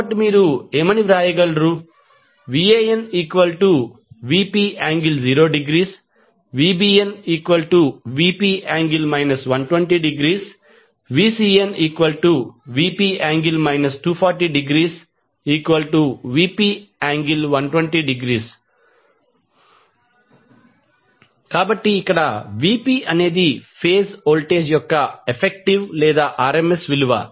కాబట్టి మీరు ఏమి వ్రాయగలరు VanVp∠0° VbnVp∠ 120° VcnVp∠ 240°Vp∠120° కాబట్టి ఇక్కడ Vpఅనేది ఫేజ్ వోల్టేజ్ యొక్క ఎఫెక్టివ్ లేదా RMS విలువ